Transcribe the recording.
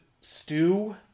stew